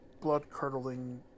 blood-curdling